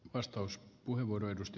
arvoisa puhemies